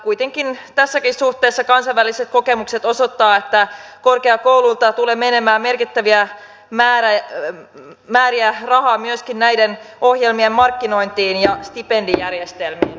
kuitenkin tässäkin suhteessa kansainväliset kokemukset osoittavat että korkeakouluilta tulee menemään merkittäviä määriä rahaa myöskin näiden ohjelmien markkinointiin ja stipendijärjestelmiin